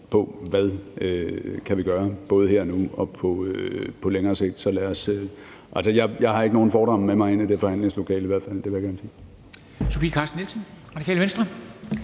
på, hvad vi kan gøre, både her og nu og på længere sigt. Jeg har i hvert fald ikke nogen fordomme med mig ind i det forhandlingslokale,